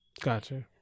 Gotcha